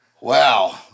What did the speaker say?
Wow